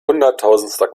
hunderttausendster